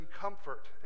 comfort